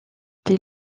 des